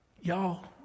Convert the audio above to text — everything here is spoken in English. Y'all